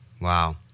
Wow